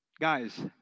Guys